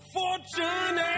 fortune